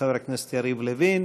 חבר הכנסת יריב לוין,